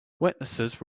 witnesses